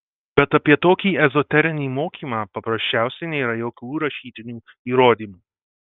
bet apie tokį ezoterinį mokymą paprasčiausiai nėra jokių rašytinių įrodymų